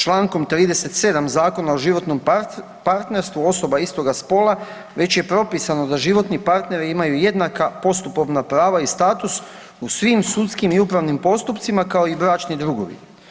Čl. 37 Zakona o životnom partnerstvu osoba istoga spola, već je propisano da životni partneri imaju jednaka postupovna prava i status u svim sudskim i upravnim postupcima, kao i bračni drugovi.